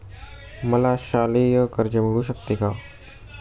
मला शालेय कर्ज मिळू शकते का?